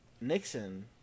Nixon